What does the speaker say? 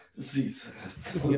Jesus